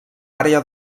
àrea